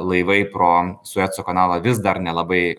laivai pro sueco kanalą vis dar nelabai